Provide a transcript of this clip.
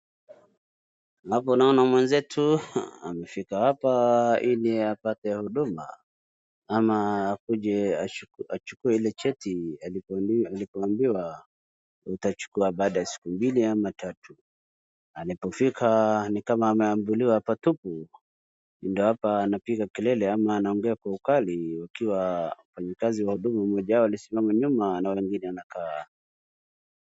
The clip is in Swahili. Hapo naona mwezetu amefika hapa ili apate huduma ama akuje achukue ile cheti alipoambiwa utachukua baada ya siku mbili ama tatu. Alipofika ni kama ameambulia patupu ndio hapa anapiga kelele ama anaongea kwa ukali wakiwa wafanyakazi wa huduma mmoja wao alisimama nyuma na wengine wanakaa.